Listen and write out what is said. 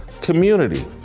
community